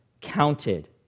Counted